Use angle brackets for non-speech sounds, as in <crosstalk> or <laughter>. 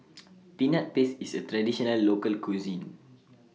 <noise> Peanut Paste IS A Traditional Local Cuisine <noise>